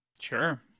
Sure